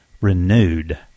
renewed